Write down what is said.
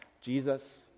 Jesus